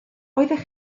oeddech